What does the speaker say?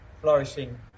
flourishing